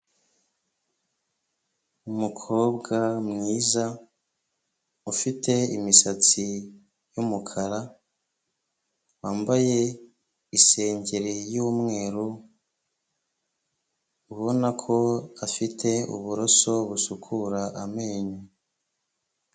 Umukobwa mwiza ufite imisatsi y'umukara, wambaye isengeri y'umweru, ubona ko afite uburoso busukura amenyo.